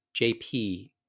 JP